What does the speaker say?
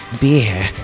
beer